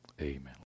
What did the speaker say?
Amen